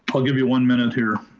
i'll give you one minute here.